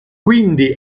quindi